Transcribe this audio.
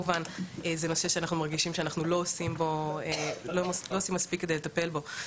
אנחנו מרגישים שאנחנו לא עושים מספיק כדי לטפל בו.